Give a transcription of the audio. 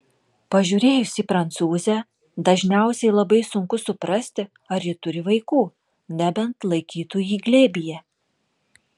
pažiūrėjus į prancūzę dažniausiai labai sunku suprasti ar ji turi vaikų nebent laikytų jį glėbyje